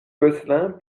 gosselin